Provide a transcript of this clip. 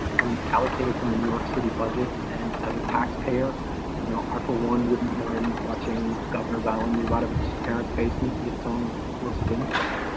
um allocated from the new york city budget and as a tax payer you know for one wouldn't mind watching governors island, move out of its parents basement and get its own source of income.